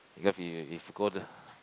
because you if you go the